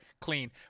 Clean